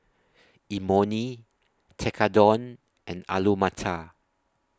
Imoni Tekkadon and Alu Matar